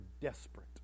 desperate